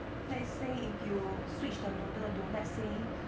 let's say if you switch the noodle to let's say